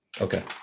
Okay